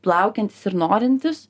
laukiantys ir norintys